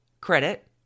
credit